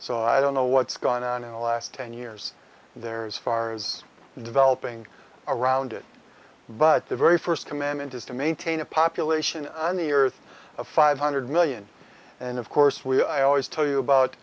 so i don't know what's gone on in our last ten years there is far as developing around it but the very first commandment is to maintain a population on the earth a five hundred million and of course we always tell you about